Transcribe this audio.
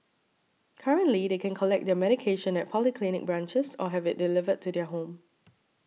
currently they can collect their medication at polyclinic branches or have it delivered to their home